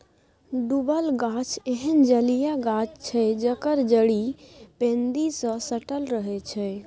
डुबल गाछ एहन जलीय गाछ छै जकर जड़ि पैंदी सँ सटल रहै छै